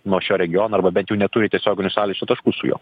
nuo šio regiono arba bent jau neturi tiesioginių sąlyčio taškų su juo